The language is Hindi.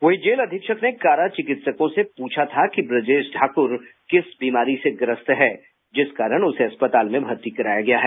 वहीं जेल अधीक्षक ने कारा चिकित्सकों से पूछा था कि ब्रजेश ठाकुर किस बीमारी से ग्रस्त है जिस कारण उसे अस्पताल में भर्ती कराया गया है